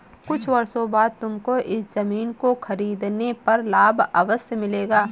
कुछ वर्षों बाद तुमको इस ज़मीन को खरीदने पर लाभ अवश्य मिलेगा